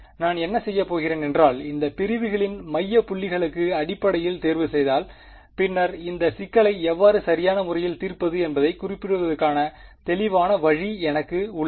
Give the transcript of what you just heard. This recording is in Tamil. எனவே நான் என்ன செய்யப் போகிறேன் என்றால் இந்த பிரிவுகளின் மைய புள்ளிகளுக்கு அடிப்படையில் தேர்வுசெய்தால் பின்னர் இந்த சிக்கலை எவ்வாறு சரியான முறையில் தீர்ப்பது என்பதைக் குறிப்பிடுவதற்கான தெளிவான வழி எனக்கு உள்ளது